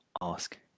ask